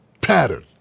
pattern